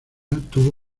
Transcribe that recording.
tuvo